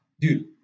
dude